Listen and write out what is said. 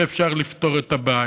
אי-אפשר לפתור את הבעיה.